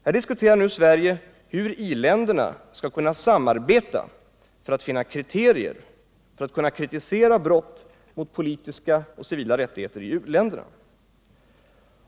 Här diskuterar Sverige hur i-länderna skall kunna samarbeta för att finna kriterier för att kunna kritisera brott mot politiska och civila rättigheter i u-länderna.